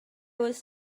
was